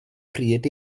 pryd